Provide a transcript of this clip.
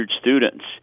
students